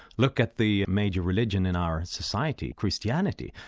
look at the major religion in our society, christianity,